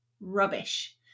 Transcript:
rubbish